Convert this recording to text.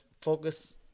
focus